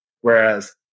Whereas